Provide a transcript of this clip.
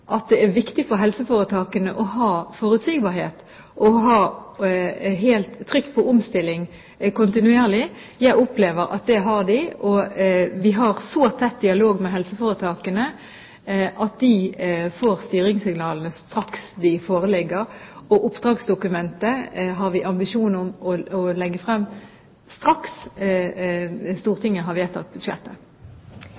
at det er viktig for helseforetakene å ha forutsigbarhet og å ha trykk på omstilling kontinuerlig. Jeg opplever det slik at det har de, og vi har så tett dialog med helseforetakene at de får styringssignalene straks de foreligger. Og oppdragsdokumentet har vi ambisjoner om å legge frem straks